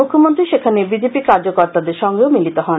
মুখ্যমন্ত্রী সেখানে বিজেপি কার্যকর্তাদের সঙ্গেও মিলিত হন